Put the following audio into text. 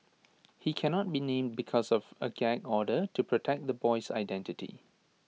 he cannot be named because of A gag order to protect the boy's identity